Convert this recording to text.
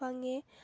ꯐꯪꯉꯤ